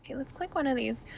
let's click one of these.